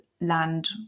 land